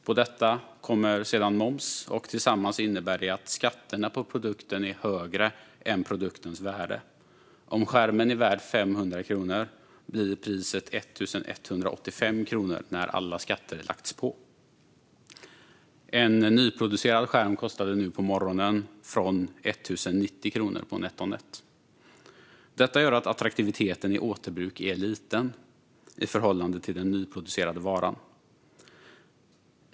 Till detta kommer sedan moms, och sammantaget innebär det att skatterna på produkten är högre än produktens värde. Om skärmen är värd 500 kronor blir priset 1 185 kronor när alla skatter har lagts på. En nyproducerad skärm kostade nu på morgonen från 1 090 kronor på netonnet.se. Detta gör att attraktiviteten i återbruk är liten i förhållande till nyproducerade varor.